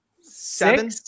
Seven